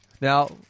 Now